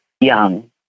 young